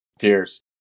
Cheers